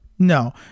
No